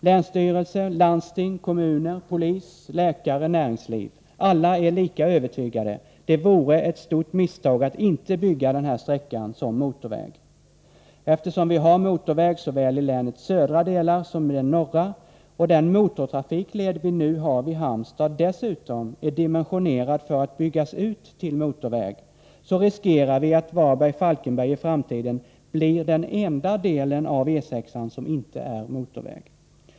Länsstyrelse, landsting, kommuner, polis, läkare och näringsliv — alla är lika övertygade: Det vore ett stort misstag att inte bygga den här sträckan som motorväg. Eftersom vi har motorväg såväl i länets södra som norra del och den motortrafikled vi nu har vid Halmstad dessutom är dimensionerad för att byggas ut till motorväg, riskerar vi att sträckan Varberg-Falkenberg i framtiden blir den enda delen av E 6 som inte är motorväg.